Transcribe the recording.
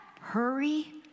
Hurry